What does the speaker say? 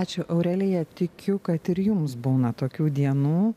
ačiū aurelija tikiu kad ir jums būna tokių dienų